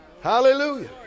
Hallelujah